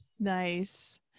Nice